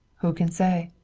who can say?